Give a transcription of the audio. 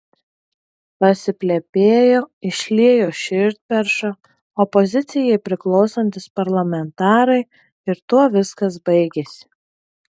pasiplepėjo išliejo širdperšą opozicijai priklausantys parlamentarai ir tuo viskas baigėsi